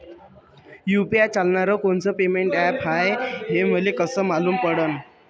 UPI चालणारं कोनचं payment app हाय, हे मले कस मालूम पडन?